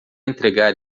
entregar